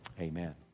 Amen